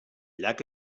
llac